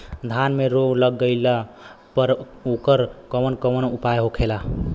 धान में रोग लग गईला पर उकर कवन कवन उपाय होखेला?